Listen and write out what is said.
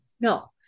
No